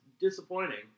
disappointing